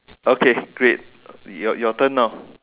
okay great your your turn now